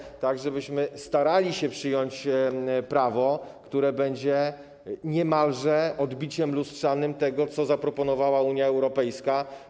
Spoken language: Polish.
Chodzi o to, żebyśmy starali się przyjąć prawo, które będzie niemalże odbiciem lustrzanym tego, co zaproponowała Unia Europejska.